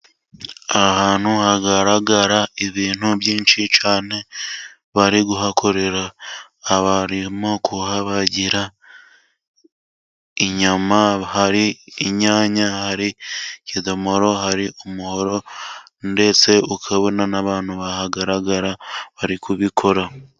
Aha ahantu hagaragara ibintu byinshi cyane bari kuhakorera, barimo kuhabagira inyama, hari inyanya, hari ikidomoro, hari umuhoro ndetse ukabona n'abantu bahagaragara bari kubikora.